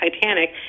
Titanic